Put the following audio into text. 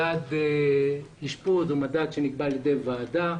מדד אשפוז הוא מדד שנקבע על ידי ועדה.